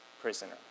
prisoner